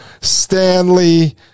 Stanley